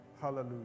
Hallelujah